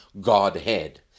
Godhead